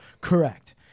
Correct